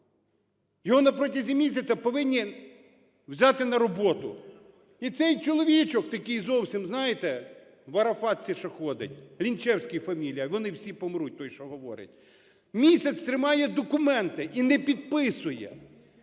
його на протязі місяця повинні взяти на роботу. І цей чоловічок, такий зовсім, знаєте, в арафатці що ходить, Лінчевський фамілія, "вони всі помруть" той, що говорить, місяць тримає документи і не підписує.